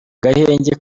gahenge